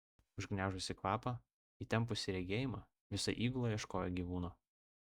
užgniaužusi kvapą įtempusi regėjimą visa įgula ieškojo gyvūno